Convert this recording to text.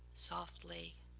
softly,